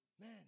Man